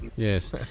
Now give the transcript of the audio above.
Yes